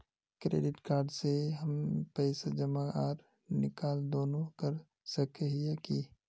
Credit card से हम पैसा जमा आर निकाल दोनों कर सके हिये की?